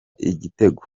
igitego